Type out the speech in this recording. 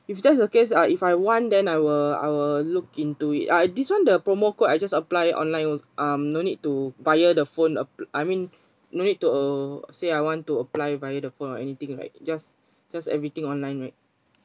if that's the case uh if I want then I will I will look into it ah this [one] the promo code I just apply online al~ um no need to via the phone uh I mean not need to say I want to apply via the phone or anything right just just everything online right